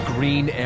Green